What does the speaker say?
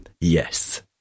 Yes